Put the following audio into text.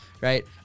right